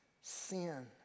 sin